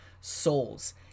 souls